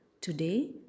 Today